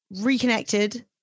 reconnected